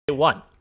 One